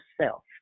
self